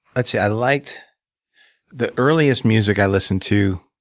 let's see. i liked the earliest music i listened to